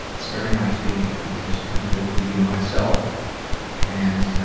it's very nice being able to just completely be myself and, ah,